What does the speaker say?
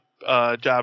job